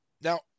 Now